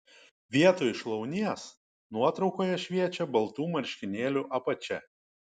vietoj šlaunies nuotraukoje šviečia baltų marškinėlių apačia